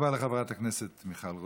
תודה רבה לחברת הכנסת מיכל רוזין.